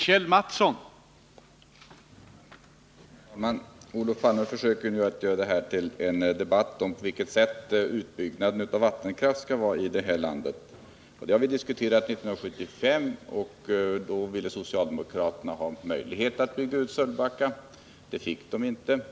Herr talman! Olof Palme försöker nu att göra det här till en debatt om på vilket sätt utbyggnaden av vattenkraft skall ske i det här landet. Det har vi diskuterat 1975, och då ville socialdemokraterna ha möjlighet att bygga ut Sölvbackaströmmarna. Det fick de inte.